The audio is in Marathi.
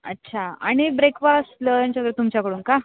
अच्छा आणि ब्रेकफास्ट लंच वगैरे तुमच्याकडून का